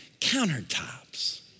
countertops